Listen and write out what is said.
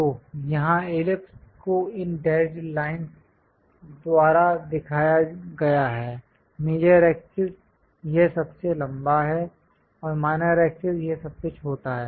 तो यहाँ इलिप्स को इन डैशड् लाइन्स द्वारा दिखाया गया है मेजर एक्सेस यह सबसे लंबा है और माइनर एक्सेस यह सबसे छोटा है